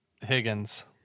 Higgins